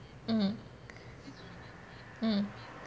mm mm